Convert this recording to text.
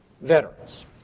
veterans